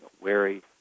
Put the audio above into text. wary